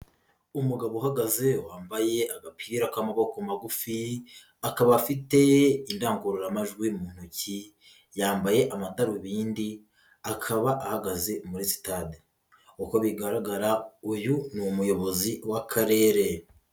Umugabo uhagaze wambaye agapira k'amaboko magufi akaba afite indangururamajwi mu ntoki, yambaye amadarubindi akaba ahagaze muri sitade, uko bigaragara uyu ni umuyobozi w'Akarere.